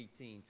18